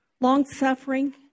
long-suffering